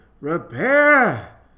repair